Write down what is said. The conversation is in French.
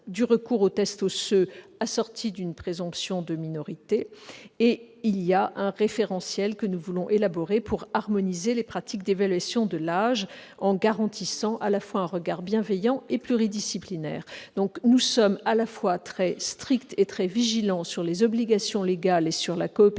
du recours aux tests osseux, assorti d'une présomption de minorité. Nous soutenons l'élaboration d'un référentiel pour harmoniser les pratiques d'évaluation de l'âge en garantissant à la fois un regard bienveillant et pluridisciplinaire. Nous sommes donc à la fois très stricts et très vigilants sur les obligations légales et sur la coopération